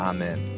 Amen